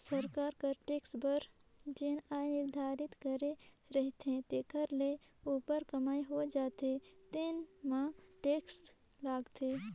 सरकार कर टेक्स बर जेन आय निरधारति करे रहिथे तेखर ले उप्पर कमई हो जाथे तेन म टेक्स लागथे